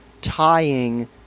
tying